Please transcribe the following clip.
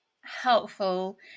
helpful